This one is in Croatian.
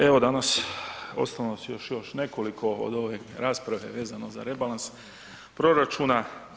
Evo danas ostalo nas je još nekoliko od ove rasprave vezano za rebalans proračuna.